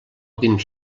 dins